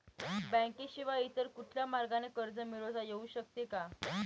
बँकेशिवाय इतर कुठल्या मार्गाने कर्ज मिळविता येऊ शकते का?